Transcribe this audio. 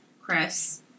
Chris